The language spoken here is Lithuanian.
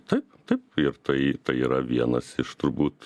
taip taip ir tai tai yra vienas iš turbūt